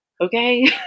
Okay